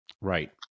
Right